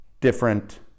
different